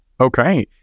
Okay